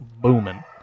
booming